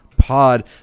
Pod